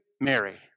Mary